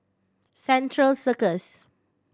Central Circus